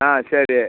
ஆ சரி